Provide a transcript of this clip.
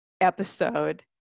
episode